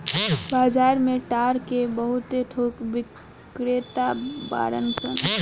बाजार में ताड़ के बहुत थोक बिक्रेता बाड़न सन